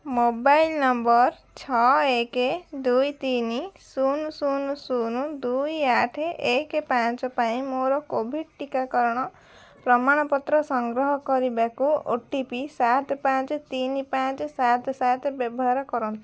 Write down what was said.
mobile number ଛଅ ଏକ ଦୁଇ ତିନି ଶୂନ ଶୂନ ଶୂନ ଦୁଇ ଆଠ ଏକ ପାଞ୍ଚ ପାଇଁ ମୋର କୋଭିଡ଼୍ ଟିକାକରଣ ପ୍ରମାଣପତ୍ର ସଂଗ୍ରହ କରିବାକୁ ଓ ଟି ପି ସାତ ପାଞ୍ଚ ତିନି ପାଞ୍ଚ ସାତ ସାତ ବ୍ୟବହାର କରନ୍ତୁ